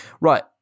Right